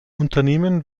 unternehmen